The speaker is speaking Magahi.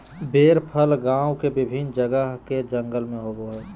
बेर फल गांव के विभिन्न जगह के जंगल में होबो हइ